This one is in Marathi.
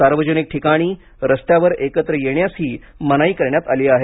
सार्वजनिक ठिकाणी रस्त्यावर एकत्र येण्यासही मनाई करण्यात आली आहे